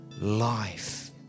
life